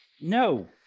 No